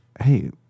hey